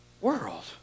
world